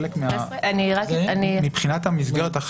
מבחינת המסגרת,